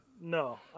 No